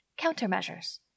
countermeasures